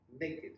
naked